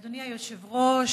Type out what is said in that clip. אדוני היושב-ראש,